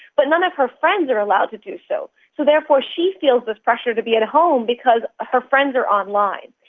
but none of her friends are allowed to do so, so therefore she feels this pressure to be at home because her friends are online.